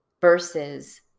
versus